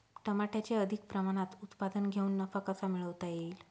टमाट्याचे अधिक प्रमाणात उत्पादन घेऊन नफा कसा मिळवता येईल?